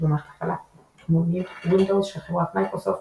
במערכות הפעלה כמו Windows של חברת מיקרוסופט,